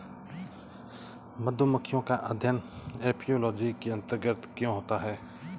मधुमक्खियों का अध्ययन एपियोलॉजी के अंतर्गत क्यों होता है?